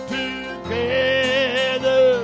together